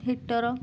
hitter